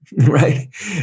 Right